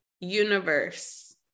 universe